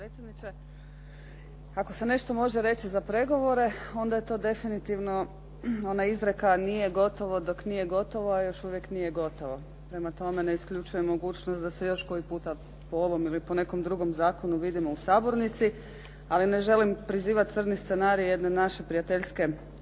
potpredsjedniče. Ako se nešto može reći za pregovore onda je to definitivno ona izreka “nije gotovo dok nije gotovo, a još uvijek nije gotovo“. Prema tome, ne isključujem mogućnost da se još koji puta po ovom ili po nekom drugom zakonu vidimo u sabornici. Ali ne želim prizivati crni scenarij jedne naše prijateljske nove